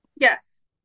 Yes